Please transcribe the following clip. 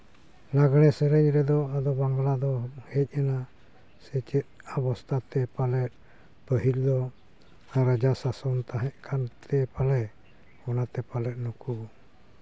ᱞᱟᱜᱽᱬᱮ ᱥᱮᱨᱮᱧ ᱨᱮᱫᱚ ᱟᱫᱚ ᱵᱟᱝᱞᱟ ᱫᱚ ᱦᱮᱡ ᱮᱱᱟ ᱥᱮᱪᱮᱫ ᱚᱵᱚᱥᱛᱷᱟᱛᱮ ᱯᱟᱞᱮᱫ ᱯᱟᱹᱦᱤᱞ ᱫᱚ ᱨᱟᱡᱟ ᱥᱟᱥᱚᱱ ᱛᱟᱦᱮᱸ ᱠᱟᱱᱛᱮ ᱚᱱᱟᱛᱮ ᱯᱟᱞᱮᱫ ᱱᱩᱠᱩ